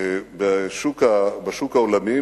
בשוק העולמי.